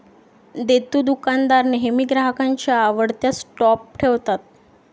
देतेदुकानदार नेहमी ग्राहकांच्या आवडत्या स्टॉप ठेवतात